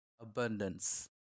abundance